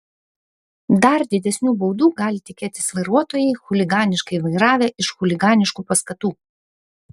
dar didesnių baudų gali tikėtis vairuotojai chuliganiškai vairavę iš chuliganiškų paskatų